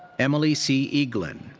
emily c. eaglin,